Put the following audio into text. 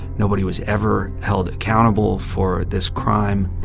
nobody was ever held accountable for this crime.